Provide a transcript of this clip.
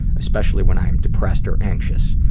especially when i am depressed or anxious.